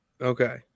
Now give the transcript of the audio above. Okay